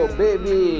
baby